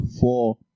four